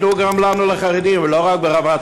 תנו גם לנו, לחרדים, ולא רק ברמת-שלמה.